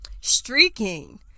streaking